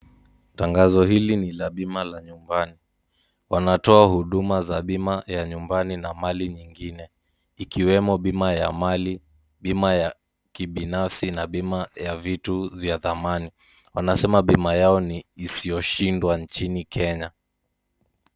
Tangazo hili ni la bima la nyumbani. Wanatoa huduma za bima ya nyumbani na mali nyingine ikiwemo bima ya mali, bima ya kibinafsi na bima ya vitu vya thamani. Wanasema bima yao ni isiyoshindwa nchini Kenya.